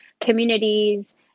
communities